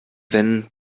wenden